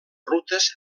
rutes